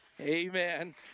Amen